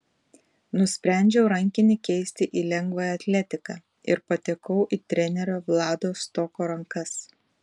nusprendžiau rankinį keisti į lengvąją atletiką ir patekau į trenerio vlado stoko rankas